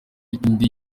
indi